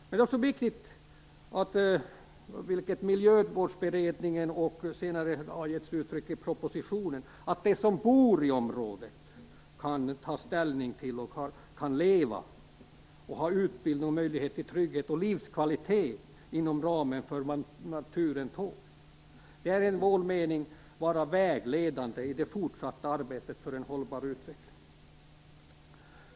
Men det är också viktigt, vilket Miljövårdsberedningen och senare även propositionen har gett uttryck för, att de som bor i området kan ta ställning till detta, att de kan leva, få utbildning och ha möjlighet till trygghet och livskvalitet inom ramen för det naturen tål. Det skall enligt vår mening vara vägledande i det fortsatta arbetet för en hållbar utveckling.